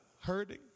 hurting